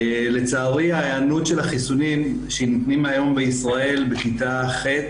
לצערי ההיענות של החיסונים שנותנים היום בישראל בכיתה ח',